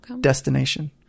destination